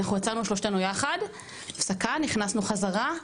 אנחנו יצאנו שלושתנו יחד להפסקה, נכנסו חזרה.